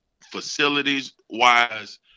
facilities-wise